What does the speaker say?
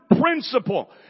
principle